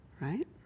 right